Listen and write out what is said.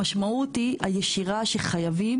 המשמעות הישירה היא שחייבים